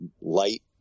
light